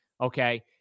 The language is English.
Okay